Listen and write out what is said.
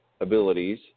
abilities